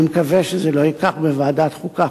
אני מקווה שזה לא ייקח בוועדת חוקה,